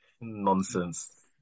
Nonsense